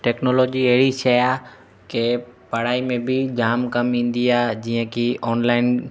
technology अहिड़ी शइ आहे की पढ़ाई में बि जाम कमु ईंदी आहे जीअं की ऑनलाइन